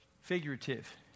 figurative